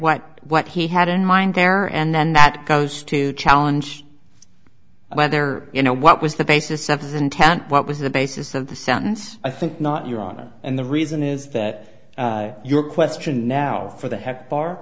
what what he had in mind there and then that goes to challenge whether you know what was the basis of his intent what was the basis of the sentence i think not your honor and the reason is that your question now for the heck bar